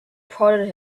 prodded